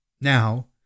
now